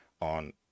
on